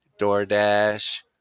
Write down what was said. DoorDash